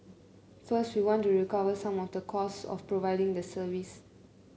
first we want to recover some of the cost of providing the service